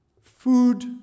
Food